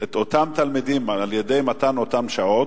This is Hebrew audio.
את אותם תלמידים על-ידי מתן שעות,